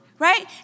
right